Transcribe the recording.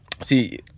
See